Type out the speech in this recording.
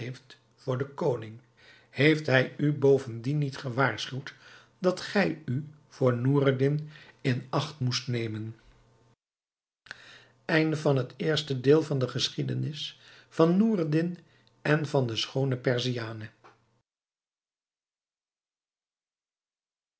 voor den koning heeft hij u bovendien niet gewaarschuwd dat gij u voor noureddin in acht moest nemen ik heb dat ook niet vergeten mevrouw hernam nogmaals de schoone perziane